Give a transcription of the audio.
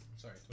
Sorry